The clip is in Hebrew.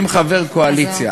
אם חבר קואליציה,